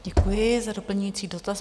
Děkuji za doplňující dotaz.